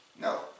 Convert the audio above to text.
No